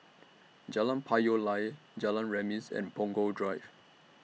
Jalan Payoh Lai Jalan Remis and Punggol Drive